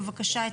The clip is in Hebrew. בבקשה,